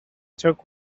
took